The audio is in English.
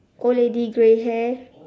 old lady grey hair